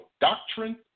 doctrine